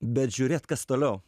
bet žiūrėt kas toliau